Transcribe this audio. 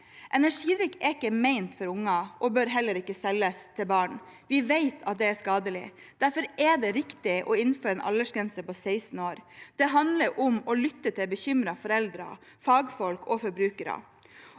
Energidrikk er ikke ment for unger og bør heller ikke selges til barn. Vi vet at det er skadelig. Derfor er det riktig å innføre en aldersgrense på 16 år. Det handler om å lytte til bekymrede foreldre, fagfolk og forbrukere.